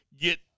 get